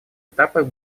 этапах